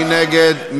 מי נגד?